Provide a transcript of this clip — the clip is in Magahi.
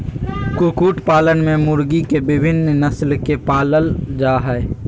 कुकुट पालन में मुर्गी के विविन्न नस्ल के पालल जा हई